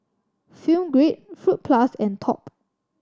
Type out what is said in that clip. Film Grade Fruit Plus and Top